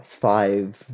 five